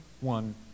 one